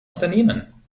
unternehmen